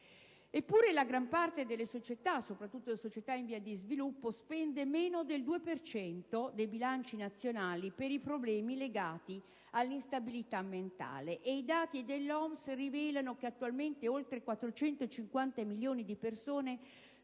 Eppure, la gran parte delle società, soprattutto quelle in via di sviluppo, spende meno del 2 per cento dei bilanci nazionali per i problemi legati all'instabilità mentale. I dati dell'OMS rivelano che attualmente oltre 450 milioni di persone soffrono